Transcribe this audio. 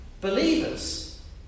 believers